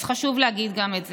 אז חשוב להגיד גם את זה.